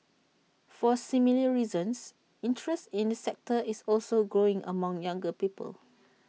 for similar reasons interest in the sector is also growing among younger people